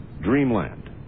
Dreamland